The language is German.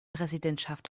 präsidentschaft